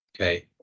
okay